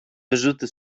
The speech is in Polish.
wyrzuty